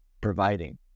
providing